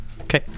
Okay